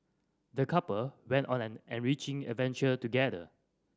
the couple went on an enriching adventure together